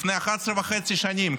לפני 11 וחצי שנים,